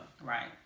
Right